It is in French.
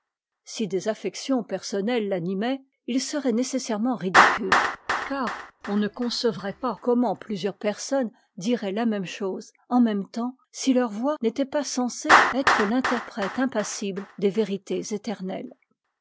si des affections personnelles l'animaient il serait nécessairement ridicule car on ne concevrait pas comment plusieurs personnes diraient la même chose en même temps si leurs voix n'étaient pas censées être l'interprète impassible des vérités éternelles